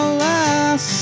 last